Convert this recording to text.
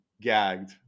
gagged